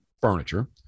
furniture